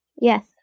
Yes